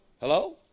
Hello